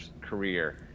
career